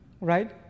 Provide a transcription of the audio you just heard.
Right